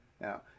Now